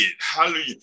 Hallelujah